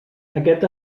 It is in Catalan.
aquest